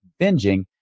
binging